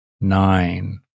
nine